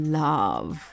love